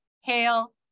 hail